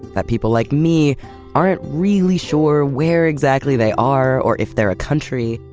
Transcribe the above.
that people like me aren't really sure where exactly they are or if they're a country.